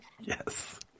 Yes